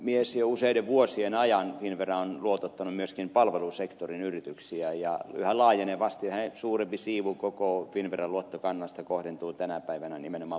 jo useiden vuosien ajan finnvera on luotottanut myöskin palvelusektorin yrityksiä ja yhä laajenevasti yhä suurempi siivu finnveran koko luottokannasta kohdentuu tänä päivänä nimenomaan palvelusektorille